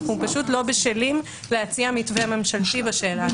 אנחנו פשוט לא בשלים להציע מתווה ממשלתי בשאלה הזאת.